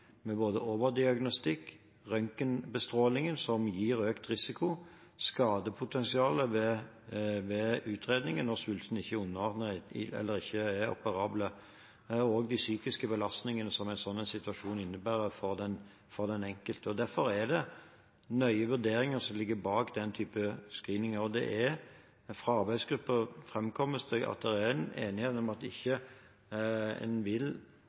med både overdiagnostikk, røntgenbestrålingen, som gir økt risiko, skadepotensialet ved utredningen når svulsten ikke er operabel, og de psykiske belastningene som en slik situasjon innebærer for den enkelte. Derfor er det nøye vurderinger som ligger bak den typen screening, og det er fra arbeidsgruppen framkommet at det er enighet om at en ved å være eksponert for asbest ikke vil ha nytte av å delta i en